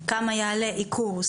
כמה יעלה עיקור,